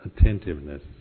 attentiveness